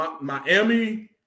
Miami